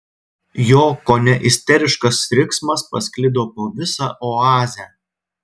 jo kone isteriškas riksmas pasklido po visą oazę